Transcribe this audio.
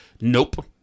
Nope